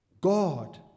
God